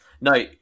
No